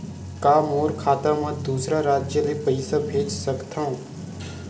का मोर खाता म दूसरा राज्य ले पईसा भेज सकथव?